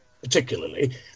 particularly